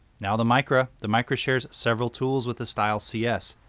now the micra. the micra shares several tools with the style cs.